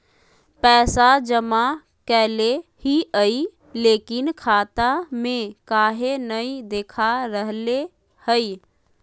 पैसा जमा कैले हिअई, लेकिन खाता में काहे नई देखा रहले हई?